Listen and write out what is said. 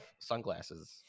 sunglasses